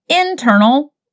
internal